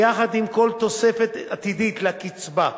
יחד עם כל תוספת עתידית לקצבה,